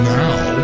now